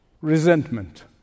resentment